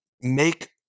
make